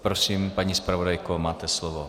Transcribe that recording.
Prosím, paní zpravodajko, máte slovo.